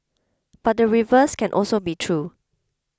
but the reverse can also be true